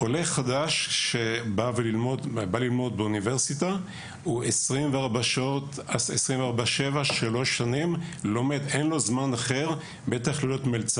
עולה חדש שבא ללמוד באוניברסיטה עסוק שלוש שנים ואין לו זמן להיות מלצר,